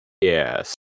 Yes